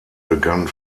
begann